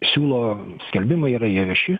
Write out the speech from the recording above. siūlo skelbimai yra jie vieši